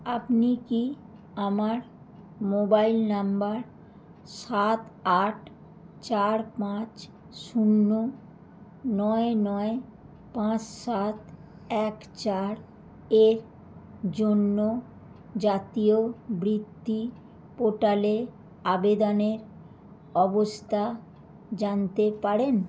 আপনি কি আমার মোবাইল নাম্বার সাত আট চার পাঁচ শূন্য নয় নয় পাঁচ সাত এক চার এর জন্য জাতীয় বৃত্তি পোর্টালে আবেদনের অবস্থা জানতে পারেন